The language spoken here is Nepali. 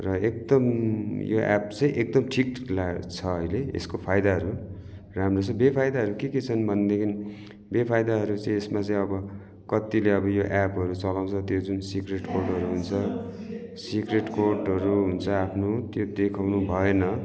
र एकदम यो एप्प चाहिँ एकदम ठिक ला छ अहिले यसको फाइदाहरू राम्रो छ बेफाइदाहरू के के छन् भनेदेखिन् बेफायदाहरू चाहिँ यसमा चाहिँ अब कतिले अब यो एप्पहरू चलाउँछ त्यो जुन सिक्रेट कोडहरू हुन्छ सिक्रेट कोडहरू हुन्छ आफ्नो त्यो देखाउनु भएन